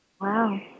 wow